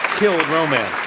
killed romance.